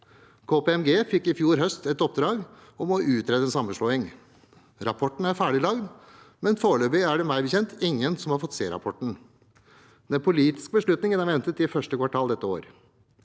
KPMG fikk i fjor høst et oppdrag om å utrede sammenslåing. Rapporten er ferdig laget, men meg bekjent er det foreløpig ingen som har fått se den. Den politiske beslutningen er ventet i første kvartal i år.